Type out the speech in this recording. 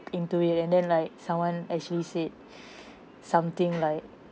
into it and then like someone actually said something like